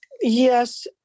yes